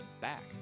Back